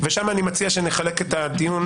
ושם אני מציע שנחלק את הדיון,